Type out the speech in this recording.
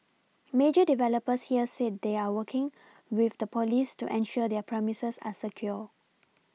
major developers here said they are working with the police to ensure their premises are secure